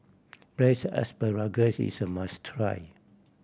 braise asparagus is a must try